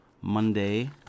Monday